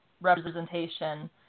representation